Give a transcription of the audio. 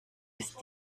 ist